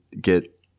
get